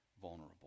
vulnerable